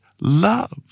love